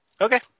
Okay